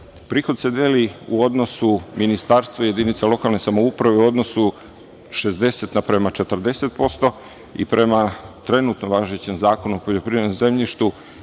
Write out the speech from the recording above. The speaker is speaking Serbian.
prihod. Prihod se deli u odnosu Ministarstva i jedinica lokalne samouprave u odnosu 60% na prema 40% i prema trenutno važećem Zakonu o poljoprivrednom zemljištu,